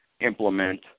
implement